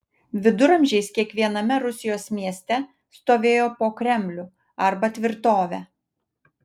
viduramžiais kiekviename rusijos mieste stovėjo po kremlių arba tvirtovę